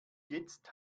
jetzt